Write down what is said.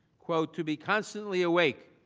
to be constantly awake,